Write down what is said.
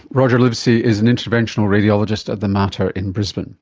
roger livsey is an interventional radiologist at the mater in brisbane